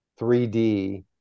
3D